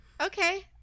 okay